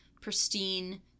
pristine